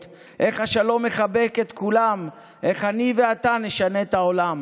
/ איך השלום מחבק את כולם / איך אני ואתה נשנה את העולם